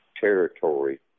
territory